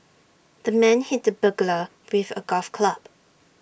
the man hit the burglar with A golf club